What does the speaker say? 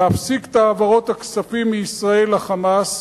להפסיק את העברות הכספים מישראל ל"חמאס",